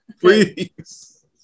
Please